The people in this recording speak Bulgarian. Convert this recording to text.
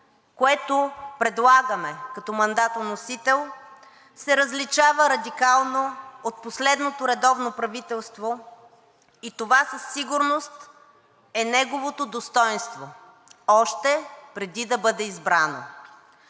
което предлагаме като мандатоносител, се различава радикално от последното редовно правителство и това със сигурност е неговото достойнство още преди да бъде избрано.